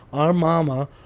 our mama,